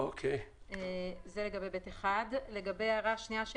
לגבי בעל רישיון ספק